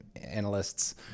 analysts